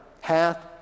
hath